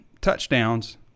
touchdowns